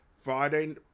Friday